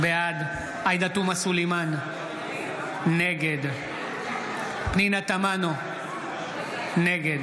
בעד עאידה תומא סלימאן, נגד פנינה תמנו, נגד